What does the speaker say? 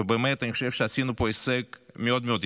ובאמת אני חושב שעשינו פה הישג מאוד מאוד יפה.